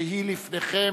שהוא לפניכם,